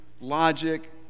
logic